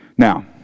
Now